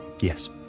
Yes